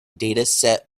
dataset